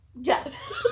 Yes